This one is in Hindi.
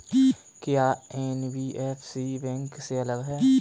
क्या एन.बी.एफ.सी बैंक से अलग है?